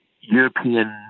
European